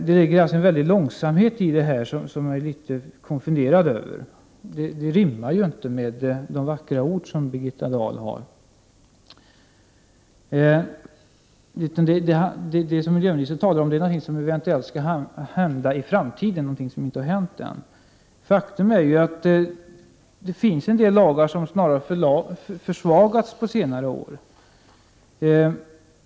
Det ligger alltså en väldig långsamhet i detta, som gör mig litet konfunderad. Den rimmar inte med de vackra ord som Birgitta Dahl uttalar. Det miljöministern talar om är någonting som eventuellt skall hända i framtiden men inte har hänt än. Faktum är att det finns en del lagar som snarare försvagats under senare år.